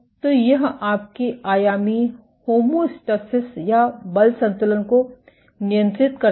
तो यह आपके आयामी होमोस्टैसिस या बल संतुलन को नियंत्रित करता है